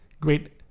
Great